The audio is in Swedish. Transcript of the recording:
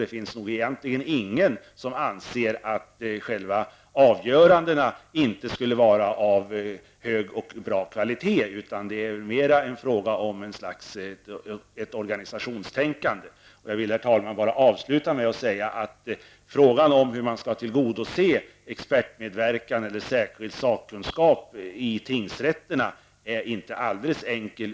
Det finns nog egentligen ingen som anser att själva avgörandena inte skulle vara av hög och bra kvalitet, utan det är väl mera en fråga om ett organisationstänkande. Jag vill, herr talman, avsluta med att säga att frågan om hur man skall tillgodose expertmedverkan eller särskild sakkunskap i tingsrätterna inte är alldeles enkel.